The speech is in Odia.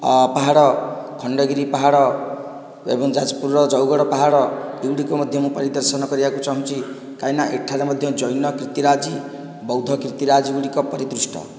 ପାହାଡ଼ ଖଣ୍ଡଗିରି ପାହାଡ଼ ଏବଂ ଯାଜପୁରର ଜଉଗଡ଼ ପାହାଡ଼ ଏଗୁଡ଼ିକ ମଧ୍ୟ ମୁଁ ପରିଦର୍ଶନ କରିବାକୁ ଚାହୁଁଛି କାହିଁକିନା ଏଠାରେ ମଧ୍ୟ ଜୈନ କୀର୍ତ୍ତିରାଜି ବୌଦ୍ଧ କୀର୍ତ୍ତିରାଜି ଗୁଡ଼ିକ ପରିଦୃଷ୍ଟ